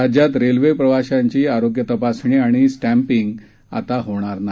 राज्यात रेल्वे प्रवाशांची आरोग्य तपासनी आणि स्टॅम्पिंग आता होणार नाही